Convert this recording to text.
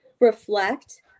reflect